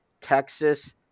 Texas